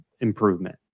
improvement